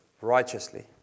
righteously